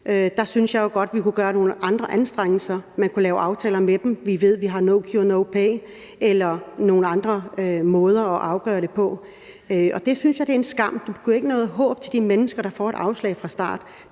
Der synes jeg jo godt, at vi kunne gøre os nogle anstrengelser. Man kunne lave aftaler med dem, og vi ved, at vi har no cure, no pay, eller der kunne være andre måder at afgøre det på. Det synes jeg er en skam, for du giver ikke noget håb til de mennesker, der får et afslag fra starten.